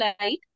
light